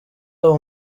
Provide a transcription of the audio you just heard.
aho